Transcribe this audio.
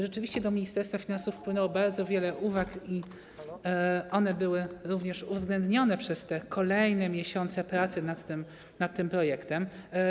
Rzeczywiście do Ministerstwa Finansów wpłynęło bardzo wiele uwag i one były również uwzględnione przez te kolejne miesiące pracy nad projektem.